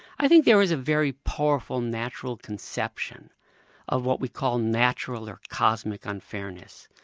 i think there is a very powerful natural conception of what we call natural or cosmic unfairness.